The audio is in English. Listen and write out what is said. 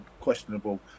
questionable